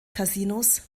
casinos